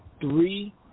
three